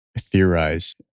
theorize